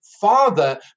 father